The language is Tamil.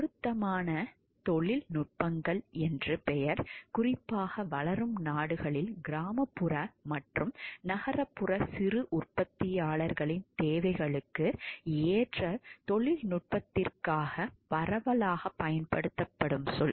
பொருத்தமான தொழில்நுட்பங்கள் என்று பெயர் குறிப்பாக வளரும் நாடுகளில் கிராமப்புற மற்றும் நகர்ப்புற சிறு உற்பத்தியாளர்களின் தேவைகளுக்கு ஏற்ற தொழில்நுட்பத்திற்காக பரவலாகப் பயன்படுத்தப்படும் சொல்